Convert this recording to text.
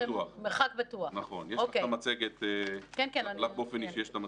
"מרחק בטוח", לך באופן אישי יש את המצגת.